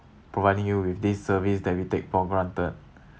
providing you with this service that we take for granted